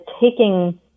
taking